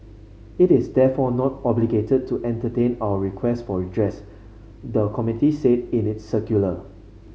it is therefore not obligated to entertain our requests for redress the committee said in its circular